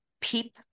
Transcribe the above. PEEP